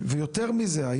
ויותר מזה,